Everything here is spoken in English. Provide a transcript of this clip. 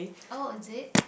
oh it is